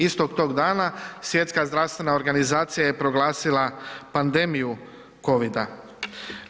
Istog tog dana Svjetska zdravstvena organizacija je proglasila pandemiju COVID-a.